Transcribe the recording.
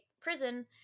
Prison